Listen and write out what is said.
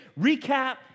recap